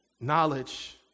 knowledge